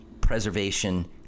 preservation